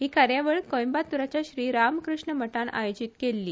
ही कार्यावळ कोइंबातुरच्या श्री रामकृष्ण मठान आयोजित केल्ली